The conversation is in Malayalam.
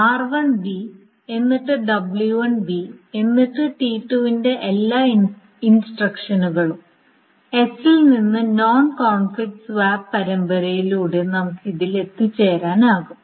r1 എന്നിട്ട് w1 എന്നിട്ട് T2 ന്റെ എല്ലാ ഇൻസ്ട്രക്ഷനുകളും S ൽ നിന്ന് നോൺ കോൺഫ്ലിക്റ്റ് സ്വാപ്പ് പരമ്പരയിലൂടെ നമുക്ക് ഇതിൽ എത്തിച്ചേരാനാകും